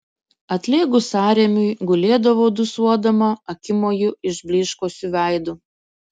atlėgus sąrėmiui gulėdavo dūsuodama akimoju išblyškusiu veidu